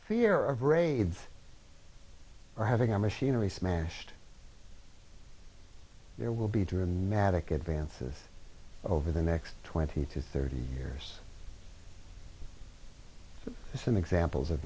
fear of raids or having our machinery smashed there will be dramatic advances over the next twenty to thirty years some examples of